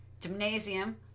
gymnasium